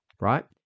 right